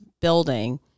building